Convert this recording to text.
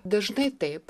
dažnai taip